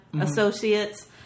associates